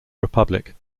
republic